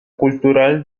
cultural